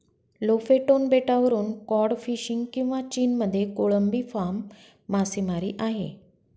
Lofoten बेटावरून cod fishing किंवा चीनमध्ये कोळंबी फार्म मासेमारी आहे